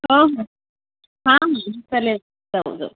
हो हो हा हा चालेल जाऊ जाऊ